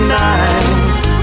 nights